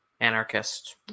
anarchist